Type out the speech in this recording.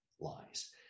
lies